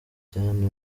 cyane